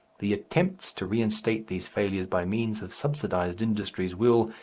the attempts to reinstate these failures by means of subsidized industries will,